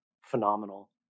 phenomenal